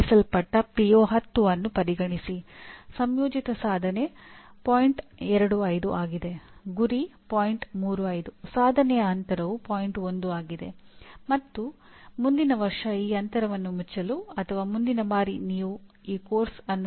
ನೀವು ಇದನ್ನು ಸುಧಾರಿಸಲು ಬಯಸಿದರೆ ಪ್ರತಿಯೊಂದನ್ನು ನೋಡಬೇಕು